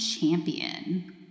Champion